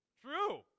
True